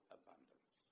abundance